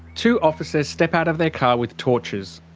two officers step out of their car with torches.